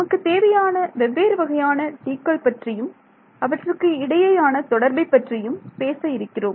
நமக்கு தேவையான வெவ்வேறு வகையான T க்கள் பற்றியும் அவற்றுக்கு இடையேயான தொடர்பைப் பற்றியும் பேச இருக்கிறோம்